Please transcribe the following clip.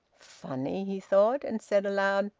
funny! he thought, and said aloud,